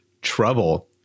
trouble